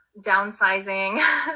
downsizing